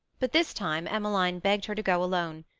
but this time emmeline begged her to go alone,